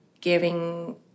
giving